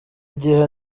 igihe